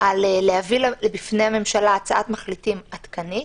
להביא בפני הממשלה הצעת מחליטים עדכנית.